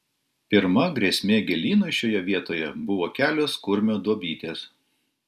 pirma grėsmė gėlynui šioje vietoje buvo kelios kurmio duobytės